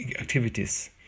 activities